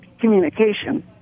communication